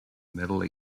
middle